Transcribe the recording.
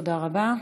תודה רבה.